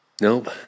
Nope